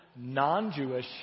non-Jewish